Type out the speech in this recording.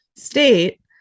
state